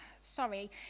sorry